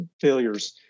failures